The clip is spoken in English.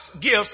gifts